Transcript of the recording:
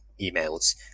emails